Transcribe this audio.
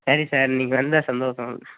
சரி சார் நீங்கள் வந்தால் சந்தோஷம்